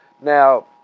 Now